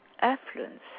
affluence